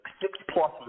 six-plus